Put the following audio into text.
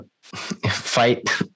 fight